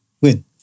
win